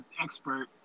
Expert